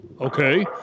Okay